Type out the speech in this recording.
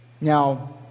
Now